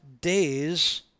days